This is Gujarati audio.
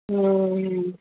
હમ હ